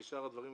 ושאר הדברים,